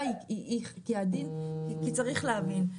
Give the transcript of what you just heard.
צריך להבין,